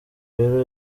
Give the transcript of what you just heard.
rero